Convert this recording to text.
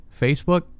Facebook